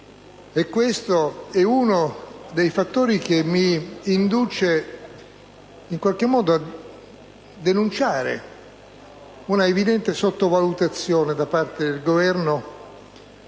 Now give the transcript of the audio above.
questo è uno dei fattori che mi induce in qualche modo a denunciare un'evidente sottovalutazione da parte del Governo